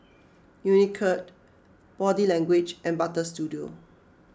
Unicurd Body Language and Butter Studio